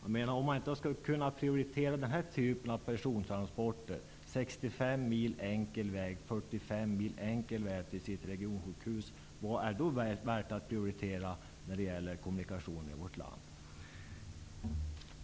Om man inte kan prioritera denna typ av persontransporter, 65 mil och 45 mil enkel väg till regionsjukhuset, vad är då värt att prioritera när det gäller kommunikationer i vårt land?